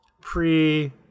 pre-